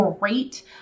great